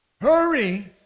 Hurry